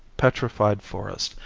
petrified forest,